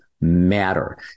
matter